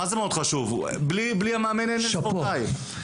מה זה מאוד חשוב, בלי המאמן אין ספורטאי.